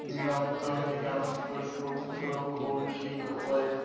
Diganta Mriganka Shubhra Kaushik Ayan